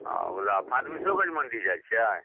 ओ फारबिसोगञ्ज मण्डी जाइत छियै